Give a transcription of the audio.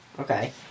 Okay